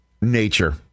nature